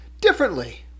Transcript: differently